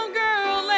girl